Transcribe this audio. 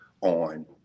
on